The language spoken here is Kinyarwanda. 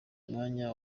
umwanya